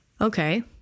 Okay